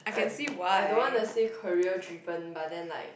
I I don't want to say career driven but then like